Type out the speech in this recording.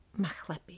machlepi